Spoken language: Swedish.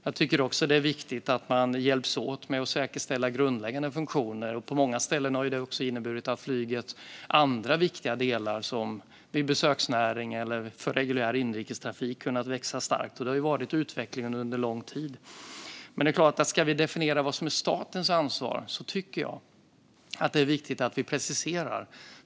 Jag tycker också att det är viktigt att man hjälps åt med att säkerställa grundläggande funktioner. På många ställen har det inneburit att andra viktiga delar av flyget som besöksnäring och reguljär inrikestrafik kunnat växa starkt. Det har varit utvecklingen under lång tid. Men det är klart att om vi ska definiera vad som är statens ansvar, då tycker jag att det är viktigt att vi preciserar det.